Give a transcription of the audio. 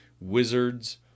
Wizards